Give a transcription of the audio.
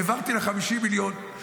העברתי לה 50 מיליון,